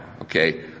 Okay